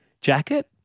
jacket